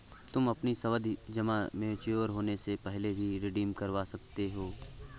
तुम अपनी सावधि जमा मैच्योर होने से पहले भी रिडीम करवा सकते हो